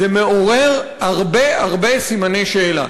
זה מעורר הרבה הרבה סימני שאלה.